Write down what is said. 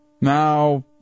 Now